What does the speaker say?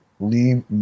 Leave